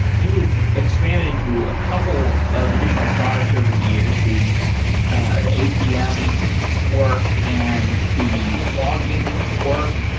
you've expanded into a couple of additional products over the years, the ah the apm work and the logging work.